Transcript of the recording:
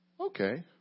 Okay